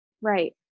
Right